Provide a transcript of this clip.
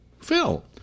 Phil